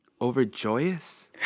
overjoyous